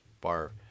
bar